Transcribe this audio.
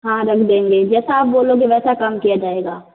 हाँ रख देंगे जैसा आप बोलोगे वैसा काम किया जाएगा